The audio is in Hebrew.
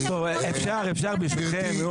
אפשר, ברשותכם?